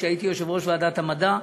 כשהייתי יושב-ראש ועדת המדע,